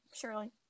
surely